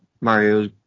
Mario